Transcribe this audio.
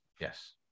Yes